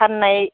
फान्नाय